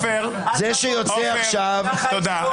זה שיוצא עכשיו --- תודה.